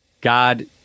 God